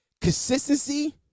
Consistency